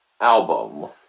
album